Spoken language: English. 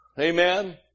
Amen